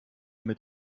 mit